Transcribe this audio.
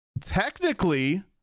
technically